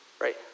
right